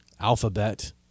alphabet